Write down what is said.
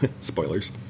spoilers